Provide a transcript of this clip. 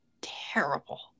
terrible